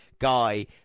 guy